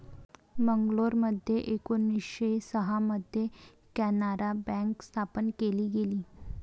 मंगलोरमध्ये एकोणीसशे सहा मध्ये कॅनारा बँक स्थापन केली गेली